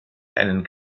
einen